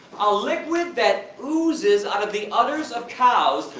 ah liquid that oozes out of the udders of cows,